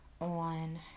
on